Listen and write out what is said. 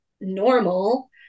normal